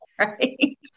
right